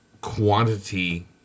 quantity